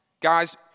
guys